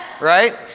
right